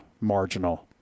marginal